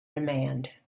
demand